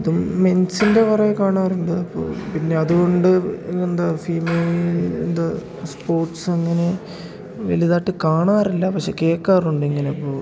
അതും മെൻസിൻ്റെ കുറേ കാണാറുണ്ട് അപ്പോൾ പിന്നെ അതുകൊണ്ട് എന്താ ഫീമെയിൽ എന്താ സ്പോർട്സ് അങ്ങനെ വലുതായിട്ട് കാണാറില്ല പക്ഷെ കേൾക്കാറുണ്ട് ഇങ്ങനെ അപ്പോൾ